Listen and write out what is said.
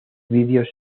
videos